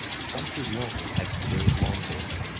twice as long as today's longboards.